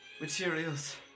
materials